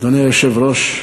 אדוני היושב-ראש,